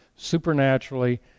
Supernaturally